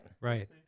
Right